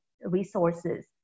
resources